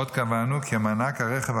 עוד קבענו כי מענק הרכב,